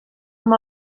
amb